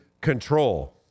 control